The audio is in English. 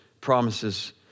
promises